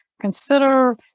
consider